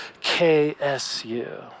K-S-U